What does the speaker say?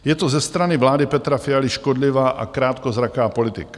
Je to ze strany vlády Petra Fialy škodlivá a krátkozraká politika.